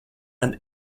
and